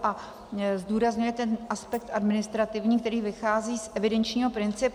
A zdůrazňuje ten aspekt administrativní, který vychází z evidenčního principu.